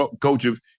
coaches